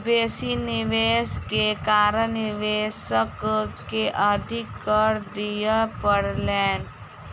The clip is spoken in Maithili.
बेसी निवेश के कारण निवेशक के अधिक कर दिअ पड़लैन